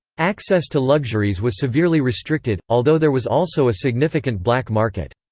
access to luxuries was severely restricted, although there was also a significant black market.